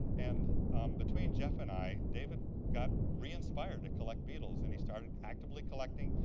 and between geoff and i, david got reinspired to collect beetles, and he started actively collecting,